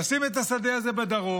לשים את השדה הזה בדרום,